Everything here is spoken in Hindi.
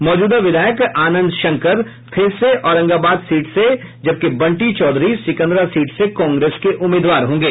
मौजूदा विधायक आनंद शंकर फिर से औरंगाबाद सीट से जबकि बंटी चौधरी सिकंदरा सीट से कांग्रेस के उम्मीदवार होंगे